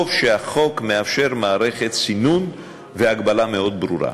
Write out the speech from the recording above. טוב שהחוק מאפשר מערכת סינון והגבלה מאוד ברורה.